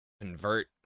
convert